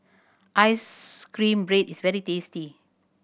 ice cream bread is very tasty